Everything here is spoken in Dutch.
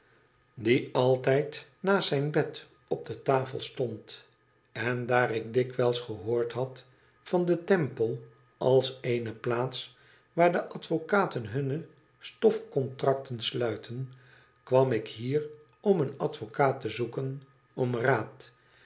die altijd naast zijn bed op ie tafd stond en daar ik dikwijls gehoord had van den temple als eene plaats waar de advocaten hunne stofcontracten sluiten kwam ik hier om en advocaat te zoeken om raad